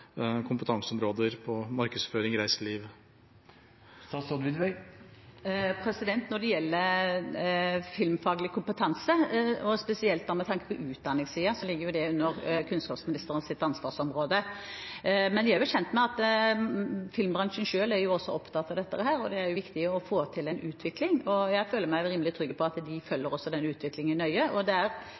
kompetanseområder – markedsføring, reiseliv? Når det gjelder filmfaglig kompetanse, og spesielt med tanke på utdanningssiden, ligger det under kunnskapsministerens ansvarsområde. Men vi er kjent med at filmbransjen også selv er opptatt av dette. Det er viktig å få til en utvikling, og jeg føler meg rimelig trygg på at de følger også den utviklingen nøye.